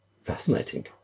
fascinating